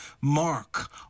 mark